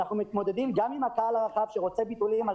אנחנו מתמודדים גם עם הקהל הרחב שרוצה ביטולים על